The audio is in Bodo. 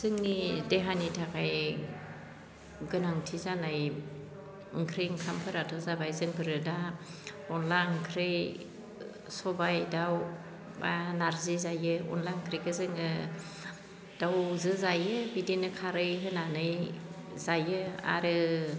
जोंनि देहानि थाखाय गोनांथि जानाय ओंख्रि ओंखामफोराथ' जाबाय जोंफोरो दा अनद्ला ओंख्रि सबाय दाउ बा नारजि जायो अनद्ला ओंख्रिखो जोङो दाउजो जायो बिदिनो खारै होनानै जायो आरो